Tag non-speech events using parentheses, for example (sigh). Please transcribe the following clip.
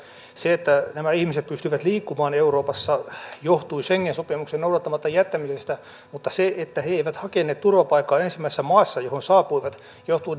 se että nämä ihmiset pystyivät liikkumaan euroopassa johtui schengen sopimuksen noudattamatta jättämisestä mutta se että he eivät hakeneet turvapaikkaa ensimmäisessä maassa johon saapuivat johtui (unintelligible)